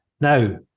Now